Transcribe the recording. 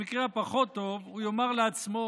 במקרה הפחות טוב, הוא יאמר לעצמו